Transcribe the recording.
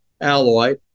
alloy